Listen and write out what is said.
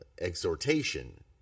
exhortation